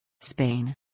Spain